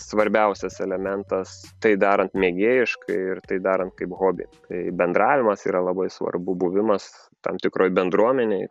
svarbiausias elementas tai darant mėgėjiškai ir tai darant kaip hobį kai bendravimas yra labai svarbu buvimas tam tikroj bendruomenėj